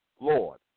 lord